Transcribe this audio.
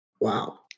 Wow